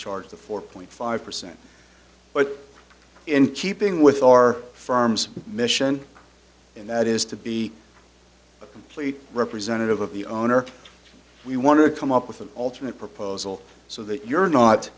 charge the four point five percent but in keeping with our firm's mission and that is to be a complete representative of the owner we want to come up with an alternate proposal so that you're not